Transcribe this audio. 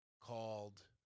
called